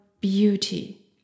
beauty